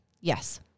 Yes